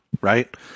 right